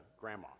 grandma